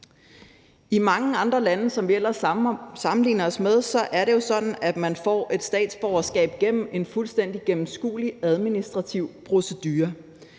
I mange af de andre lande, som vi ellers sammenligner os med, er det jo sådan, at man får et statsborgerskab gennem en fuldstændig gennemskuelig administrativ procedure.